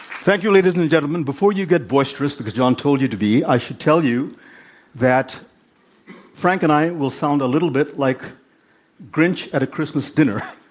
thank you, ladies and gentlemen. before you get boisterous, because john told you to be, i should tell you that frank and i will sound a little bit like grinch at a christmas dinner.